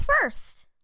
first